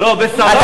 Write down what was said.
ושרפת אותו,